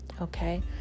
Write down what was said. Okay